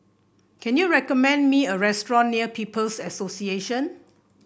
can you recommend me a restaurant near People's Association